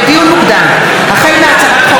לדיון מוקדם, החל בהצעת חוק